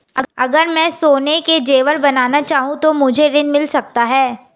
अगर मैं सोने के ज़ेवर बनाना चाहूं तो मुझे ऋण मिल सकता है?